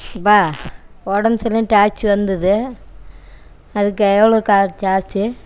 ப்பா உடம்பு சரியில்லன்னு டாக்ஸி வந்தது அதுக்கு எவ்வளோ கார் சார்ஜ்ஜி